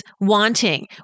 wanting